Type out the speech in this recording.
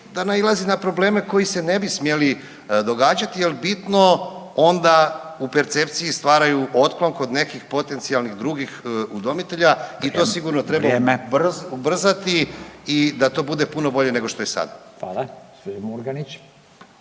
da nailazi na probleme koji se ne bi smjeli događati jer bitno onda u percepciji stvaraju otklon kod nekih potencijalnih drugih udomitelja i to sigurno …/Upadica: Vrijeme./… ubrzati i da to bude puno bolje nego što je sada. **Radin, Furio